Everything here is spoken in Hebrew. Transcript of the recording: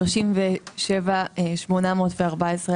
2021 לשימוש בשנת התקציב 2022 בסך של 33,940 אלפי